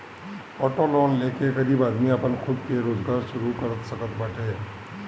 auto loan ले के गरीब आदमी आपन खुद के रोजगार शुरू कर सकत बाटे